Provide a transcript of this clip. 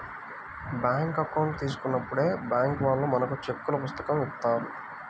bank account తీసుకున్నప్పుడే bank వాళ్ళు మనకు చెక్కుల పుస్తకం ఇత్తారు